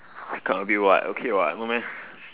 the card a bit what okay what no meh